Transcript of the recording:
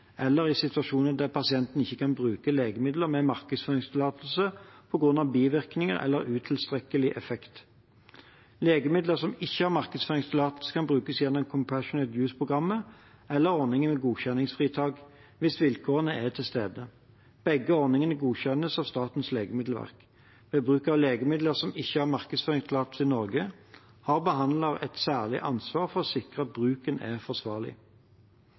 eller i situasjoner der pasienten ikke kan bruke legemidler med markedsføringstillatelse på grunn av bivirkninger eller utilstrekkelig effekt. Legemidler som ikke har markedsføringstillatelse, kan brukes gjennom «compassionate use»-programmet eller ordningen med godkjenningsfritak, hvis vilkårene er til stede. Begge ordningene godkjennes av Statens legemiddelverk. Ved bruk av legemidler som ikke har markedsføringstillatelse i Norge, har behandler et særlig ansvar for å sikre at bruken er forsvarlig.